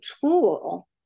tool